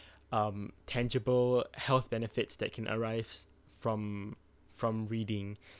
um tangible health benefits that can arise from from reading